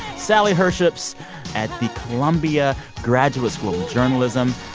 sally herships at the columbia graduate school of journalism.